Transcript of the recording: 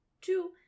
Two